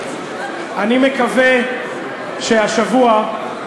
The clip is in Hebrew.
אני מקווה שהשבוע,